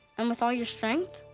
and with all your strength.